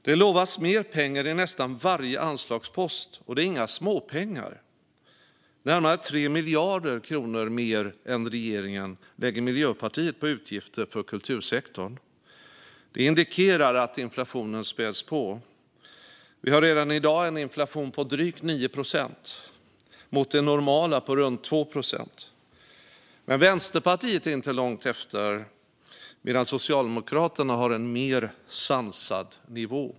Det lovas mer pengar i nästan varje anslagspost, och det är inga småpengar. Närmare 3 miljarder kronor mer än regeringen lägger Miljöpartiet på utgifter för kultursektorn. Detta indikerar att inflationen späs på. Vi har redan i dag en inflation på drygt 9 procent, mot normalt runt 2 procent. Vänsterpartiet är inte långt efter, medan Socialdemokraterna har en mer sansad nivå.